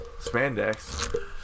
spandex